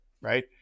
Right